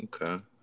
Okay